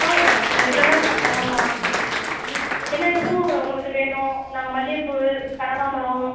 ஆ ரெ ரெகுலராக நான் தரோம்மா என்னென்ன பூ உங்களுக்கு வேணும் நாங்கள் மல்லிகைப்பூவு கனகாம்பரம்